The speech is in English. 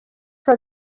for